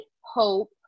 hope